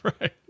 right